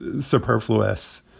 superfluous